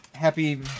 Happy